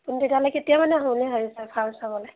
আপুনি তেতিয়াহ'লে কেতিয়া মানে আহোঁ বুলি ভাবিছে ফাৰ্ম চাবলৈ